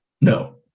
no